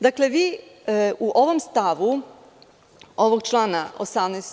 Dakle, vi u ovom stavu ovog člana 18.